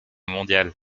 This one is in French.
mondiale